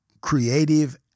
creative